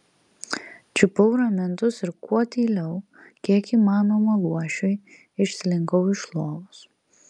čiupau ramentus ir kuo tyliau kiek įmanoma luošiui išslinkau iš lovos